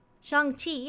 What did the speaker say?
Shang-Chi